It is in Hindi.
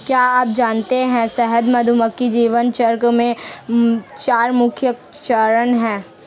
क्या आप जानते है शहद मधुमक्खी जीवन चक्र में चार मुख्य चरण है?